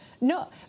no